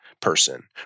person